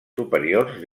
superiors